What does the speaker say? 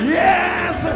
yes